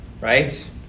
Right